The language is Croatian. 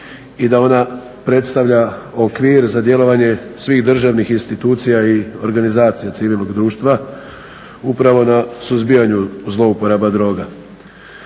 i da ona predstavlja okvir za djelovanje svih državnih institucija i organizacija civilnog društva upravo na suzbijanju zlouporaba droga.